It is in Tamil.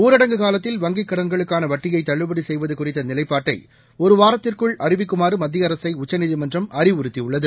ஊரடங்கு காலத்தில் வங்கிக் கடன்களுக்கான வட்டியை தள்ளுபடி செய்வது குறித்த நிலைப்பாட்டை ஒருவாரத்திற்குள் அறிவிக்குமாறு மத்திய அரசை உச்சநீதிமன்றம் அறிவுறுத்தியுள்ளது